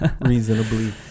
reasonably